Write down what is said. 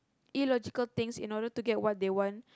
illogical things in order to get what they want